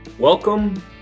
Welcome